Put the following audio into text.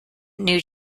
new